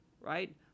right